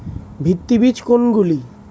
ভিত্তি বীজ কোনগুলি?